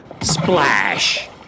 Splash